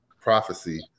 Prophecy